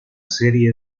serie